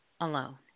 alone